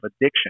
addiction